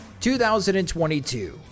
2022